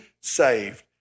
saved